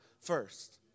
first